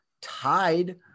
tied